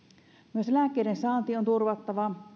myös lääkkeiden saanti on turvattava